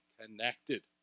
connected